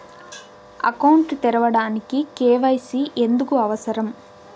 Account తెరవడానికి, KYC ఎందుకు అవసరం?